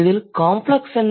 இதில் காம்ப்ளக்ஸ் என்ன